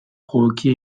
provoquer